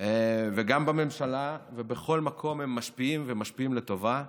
גם בממשלה, ובכל מקום הם משפיעים, משפיעים לטובה,